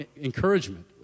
encouragement